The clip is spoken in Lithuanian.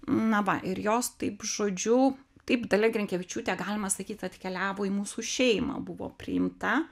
na va ir jos taip žodžiu taip dalia grinkevičiūtė galima sakyt atkeliavo į mūsų šeimą buvo priimta